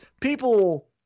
people